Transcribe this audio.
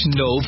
no